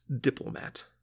diplomat